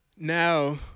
Now